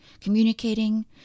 communicating